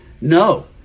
No